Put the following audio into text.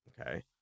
Okay